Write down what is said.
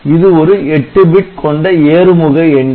இது ஒரு 8 பிட் கொண்ட ஏறுமுக எண்ணி